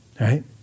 right